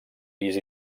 pis